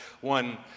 one